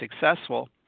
successful